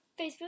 Facebook